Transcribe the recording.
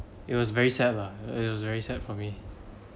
it was very sad lah it was very sad for me